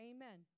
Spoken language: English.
Amen